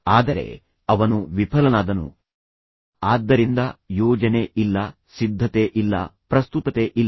ಆದರೆ ಅವನು ವಿಫಲನಾದನು ಆದ್ದರಿಂದ ಯೋಜನೆ ಇಲ್ಲ ಸಿದ್ಧತೆ ಇಲ್ಲ ಪ್ರಸ್ತುತತೆ ಇಲ್ಲ